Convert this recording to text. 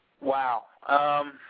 wow